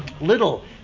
Little